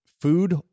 food